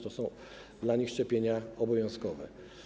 To są dla nich szczepienia obowiązkowe.